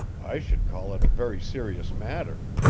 i should call it a very serious matter.